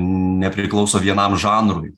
nepriklauso vienam žanrui